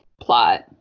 plot